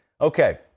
Okay